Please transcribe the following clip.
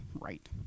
right